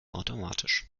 automatisch